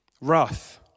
wrath